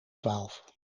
twaalf